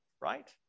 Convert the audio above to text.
right